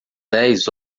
dez